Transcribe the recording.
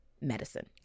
medicine